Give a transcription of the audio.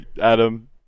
Adam